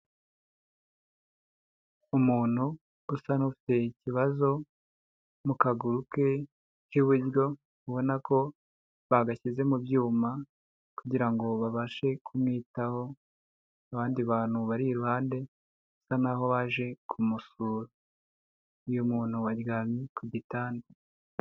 Umuntu usa n'ufite ikibazo mu kaguru ke k'iburyo, ubona ko bagashyize mu byuma kugira ngo babashe kumwitaho, abandi bantu bari iruhande basa naho baje kumusura, uyu muntu waryamye ku gitanda.